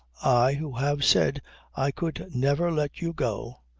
i, who have said i could never let you go,